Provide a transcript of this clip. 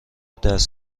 دست